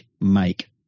make